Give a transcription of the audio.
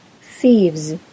thieves